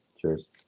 cheers